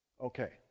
Okay